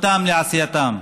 חותם בעשייתם.